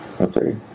Okay